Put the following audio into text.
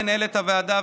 מנהלת הוועדה,